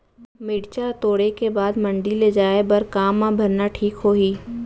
मिरचा ला तोड़े के बाद मंडी ले जाए बर का मा भरना ठीक होही?